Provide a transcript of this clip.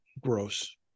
Gross